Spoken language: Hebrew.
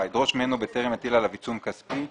ידרוש ממנו, בטרם יטיל עליו עיצום כספי כאמור,